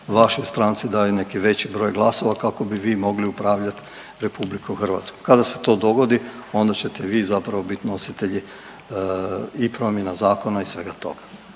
vašoj stranci daju neki veći broj glasova kako bi vi moli upravljati RH. Kada se to dogodi onda ćete vi zapravo biti nositelji i promjena zakona i svega toga.